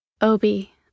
Obi